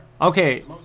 Okay